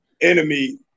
enemy